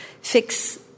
fix